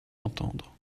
entendre